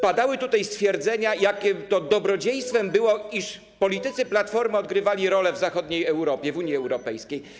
Padały tutaj stwierdzenia, jakim to dobrodziejstwem było to, iż politycy Platformy odgrywali rolę w Europie Zachodniej, w Unii Europejskiej.